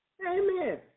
Amen